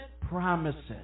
promises